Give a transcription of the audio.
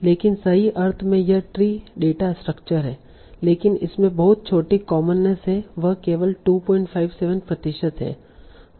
लेकिन सही अर्थ में यह ट्री डेटा स्ट्रक्चर है लेकिन इसमें बहुत छोटी कॉमननेस है वह केवल 257 प्रतिशत है